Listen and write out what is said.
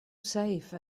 safe